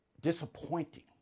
disappointing